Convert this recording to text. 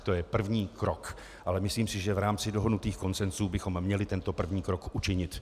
To je první krok, ale myslím si, že v rámci dohodnutých konsensů bychom měli tento první krok učinit.